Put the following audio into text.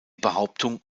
behauptung